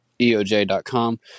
eoj.com